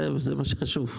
זה מה שחשוב.